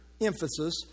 emphasis